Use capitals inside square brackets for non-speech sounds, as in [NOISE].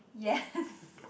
yes [LAUGHS]